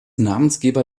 namensgeber